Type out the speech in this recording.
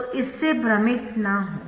तो इससे भ्रमित न हों